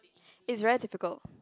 is very difficult